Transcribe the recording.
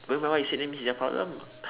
going by what you said that means it's your problem